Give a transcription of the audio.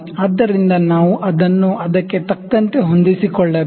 ಆದ್ದರಿಂದ ನಾವು ಅದನ್ನು ಅದಕ್ಕೆ ತಕ್ಕಂತೆ ಹೊಂದಿಸಿಕೊಳ್ಳಬೇಕು